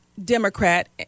Democrat